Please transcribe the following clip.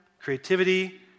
creativity